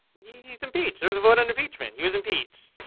ye's impeach. there's a vote undertreatment. he was impeached.